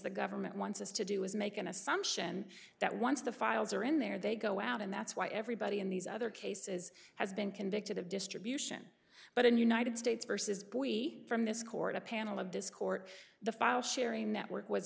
the government wants us to do is make an assumption that once the files are in there they go out and that's why everybody in these other cases has been convicted of distribution but in united states versus boise from this court a panel of this court the file sharing network was